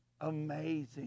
Amazing